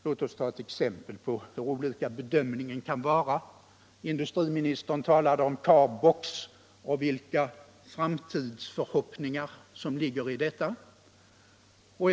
Låt oss ta ett exempel på hur olika bedömningarna kan vara. Industriministern talade om Carbox och vilka framtidsförhoppningar som ligger i det företaget.